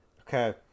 Okay